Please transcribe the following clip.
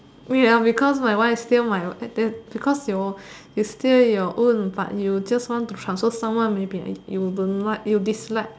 ya because my one is still my and then because your you still your own but you just want to transfer someone maybe you don't like you dislike